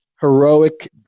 heroic